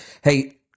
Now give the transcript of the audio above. Hey